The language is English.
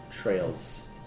trails